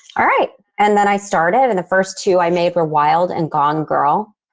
alright. and then i started. and the first two i made were wild and gone girl.